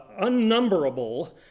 unnumberable